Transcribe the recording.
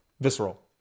Visceral